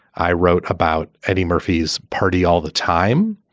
i wrote about eddie murphy's party all the time.